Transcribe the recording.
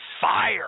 fire